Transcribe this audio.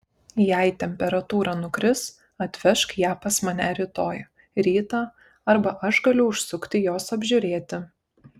jei temperatūra nukris atvežk ją pas mane rytoj rytą arba aš galiu užsukti jos apžiūrėti